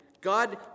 God